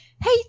Hey